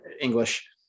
English